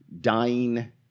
dying